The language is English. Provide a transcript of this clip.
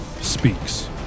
speaks